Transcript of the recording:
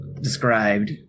described